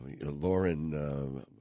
Lauren